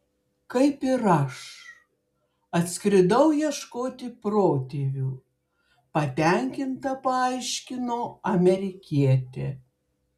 kaip ir aš atskridau ieškoti protėvių patenkinta paaiškino amerikietė